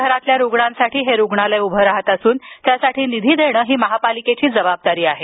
शहरातील रुग्णांसाठी हे रुग्णालय उभे राहत असून त्यासाठी निधी देणे ही महापालिकेची जबाबदारी आहे